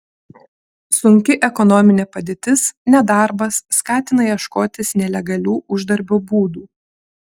sunki ekonominė padėtis nedarbas skatina ieškotis nelegalių uždarbio būdų